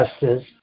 Justice